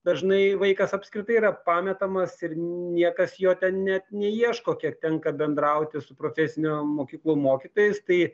dažnai vaikas apskritai yra pametamas ir niekas jo ten net neieško kiek tenka bendrauti su profesinių mokyklų mokytojais tai